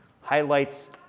highlights